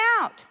out